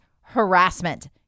harassment